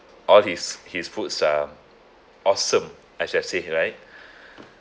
all his his foods are awesome as you have said right